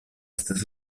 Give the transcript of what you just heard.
estas